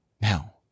Now